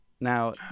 Now